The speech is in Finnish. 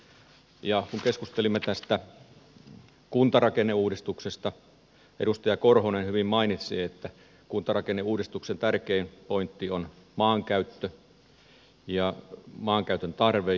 kun keskustelimme tästä kuntarakenneuudistuksesta edustaja korhonen hyvin mainitsi että kuntarakenneuudistuksen tärkein pointti on maankäyttö ja maankäytön tarve